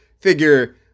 figure